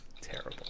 Terrible